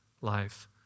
life